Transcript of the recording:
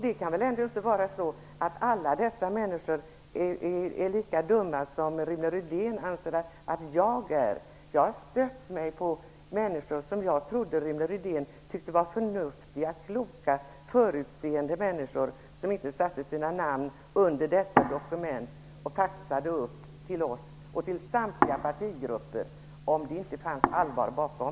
Det kan väl inte vara så att alla dessa människor är lika dumma som Rune Rydén anser att jag är? Jag har stött mig på människor som jag trodde Rune Rydén tyckte var förnuftiga, kloka, förutseende människor, som inte skulle sätta sina namn under dessa dokument och faxa dem upp till oss och till samtliga partigrupper om det inte fanns allvar bakom.